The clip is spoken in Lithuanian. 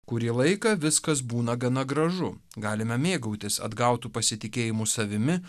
kurį laiką viskas būna gana gražu galime mėgautis atgautu pasitikėjimu savimi